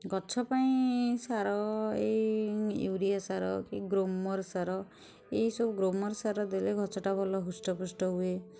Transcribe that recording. ଗଛ ପାଇଁ ସାର ଏଇ ୟୁରିଆ ସାର କି ଗ୍ରୋମର୍ ସାର ଏହି ସବୁ ଗ୍ରୋମର୍ ସାର ଦେଲେ ଗଛଟା ହୁଷ୍ଟପୁଷ୍ଟ ହୁଏ